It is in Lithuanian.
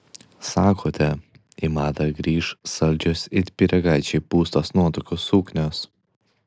sakote į madą grįš saldžios it pyragaičiai pūstos nuotakų suknios